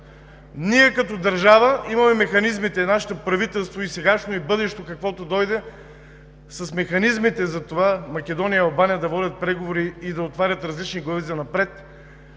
Ние като държава имаме механизмите и нашето правителство – и сегашното, и бъдещото, каквото дойде, с механизмите за това Македония и Албания да водят преговори и да отварят различни глави занапред,